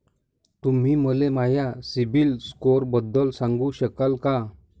तुम्ही मले माया सीबील स्कोअरबद्दल सांगू शकाल का?